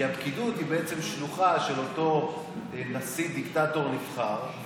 כי הפקידות היא שלוחה של אותו נשיא דיקטטור נבחר,